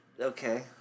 Okay